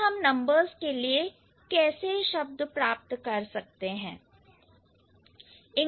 तो हम नंबर्स के लिए कैसे शब्द प्राप्त कर सकते हैं